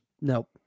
Nope